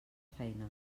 feina